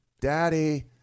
Daddy